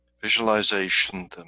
visualization